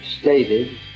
stated